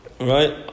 Right